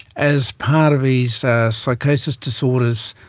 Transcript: as part of these psychosis disorders,